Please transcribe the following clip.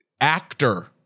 actor